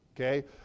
Okay